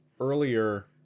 earlier